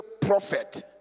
prophet